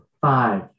Five